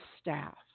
staff